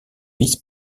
vice